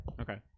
Okay